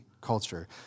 culture